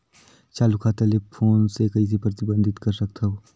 चालू खाता ले फोन ले कइसे प्रतिबंधित कर सकथव?